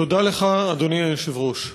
תודה לך, אדוני היושב-ראש.